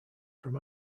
from